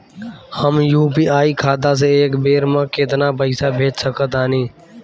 हम यू.पी.आई खाता से एक बेर म केतना पइसा भेज सकऽ तानि?